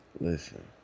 Listen